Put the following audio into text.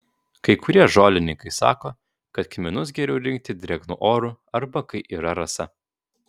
kai kurie žolininkai sako kad kmynus geriau rinkti drėgnu oru arba kai yra rasa